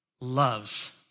loves